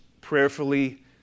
prayerfully